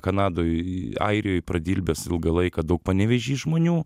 kanadoj airijoj pradirbęs ilgą laiką daug panevėžy žmonių